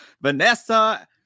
vanessa